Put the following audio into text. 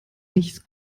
nicht